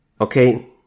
Okay